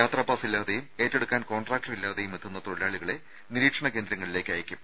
യാത്രാപാസ് ഇല്ലാതെയും ഏറ്റെടുക്കാൻ കോൺട്രാക്ടർ ഇല്ലാതെയും എത്തുന്ന തൊഴിലാളികളെ നിരീക്ഷണ കേന്ദ്രങ്ങളിലേക്ക് അയയ്ക്കും